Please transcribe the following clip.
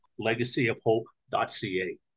legacyofhope.ca